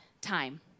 time